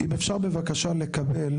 אם אפשר בבקשה לקבל,